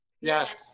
Yes